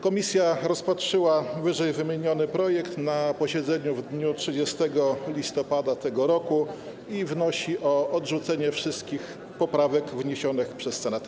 Komisja rozpatrzyła wymienioną uchwałę na posiedzeniu w dniu 30 listopada tego roku i wnosi o odrzucenie wszystkich poprawek wniesionych przez Senat.